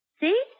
See